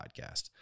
Podcast